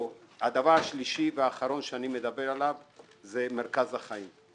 הנוסף והאחרון עליו אני מדבר הוא מרכז החיים.